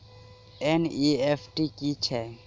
NEFT की छीयै?